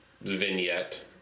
vignette